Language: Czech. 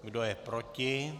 Kdo je proti?